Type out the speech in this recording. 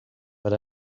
but